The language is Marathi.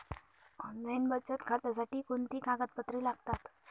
ऑनलाईन बचत खात्यासाठी कोणती कागदपत्रे लागतात?